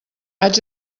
haig